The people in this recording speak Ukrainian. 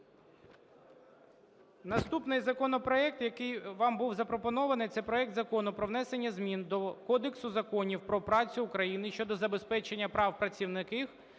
Наступний законопроект, який вам був запропонований, - це проект Закону про внесення змін до Кодексу законів про працю України (щодо забезпечення прав працівників